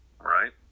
Right